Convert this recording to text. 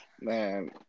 Man